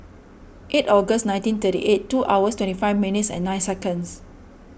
eight August nineteen thirty eight two hours twenty five minutes and nine seconds